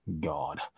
God